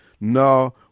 No